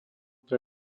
pre